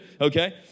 okay